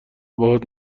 باهات